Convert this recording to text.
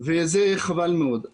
חבל מאוד.